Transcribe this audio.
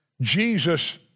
Jesus